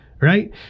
right